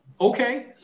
Okay